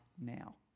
now